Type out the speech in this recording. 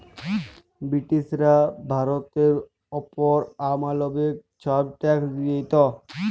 ব্রিটিশরা ভারতের অপর অমালবিক ছব ট্যাক্স দিত